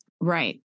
Right